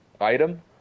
item